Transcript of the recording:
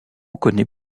connaît